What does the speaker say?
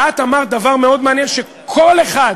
ואת אמרת דבר מאוד מעניין, שכל אחד